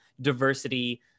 diversity